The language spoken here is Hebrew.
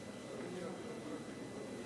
אני רואה שחבר הכנסת נחמן שי נמצא,